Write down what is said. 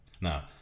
Now